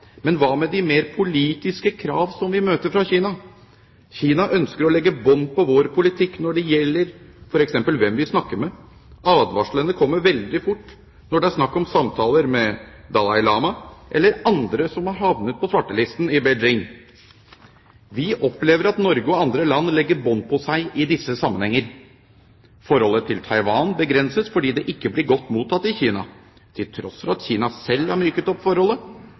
Kina ønsker å legge bånd på vår politikk når det gjelder f.eks. hvem vi snakker med. Advarslene kommer veldig fort når det er snakk om samtaler med Dalai Lama eller andre som er havnet på svartelisten i Beijing. Vi opplever at Norge og andre land legger bånd på seg i disse sammenhenger. Forholdet til Taiwan begrenses fordi det ikke blir godt mottatt i Kina – til tross for at Kina selv har myket opp forholdet.